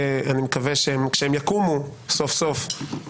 ואני מקווה שכשהם יקומו סוף סוף,